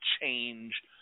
change